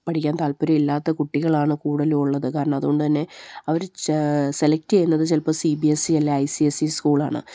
പഠിക്കാൻ താല്പര്യമില്ലാത്ത കുട്ടികളാണ് കൂടുതലുള്ളത് കാരണം അതുകൊണ്ട് തന്നെ അവര് സെലക്ട് ചെയ്യുന്നത് ചിലപ്പോള് സി ബി എസ് ഇ അല്ലെങ്കില് ഐ സി എസ് ഇ സ്കൂളാണ്